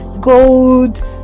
gold